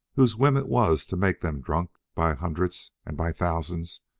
whose whim it was to make them drunk by hundreds and by thousands,